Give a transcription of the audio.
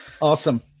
awesome